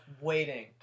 waiting